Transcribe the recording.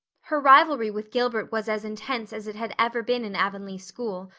her rivalry with gilbert was as intense as it had ever been in avonlea school,